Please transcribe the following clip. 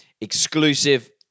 exclusive